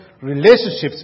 relationships